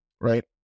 right